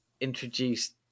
introduce